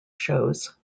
shows